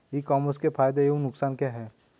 ई commerce के फायदे एवं नुकसान क्या हैं?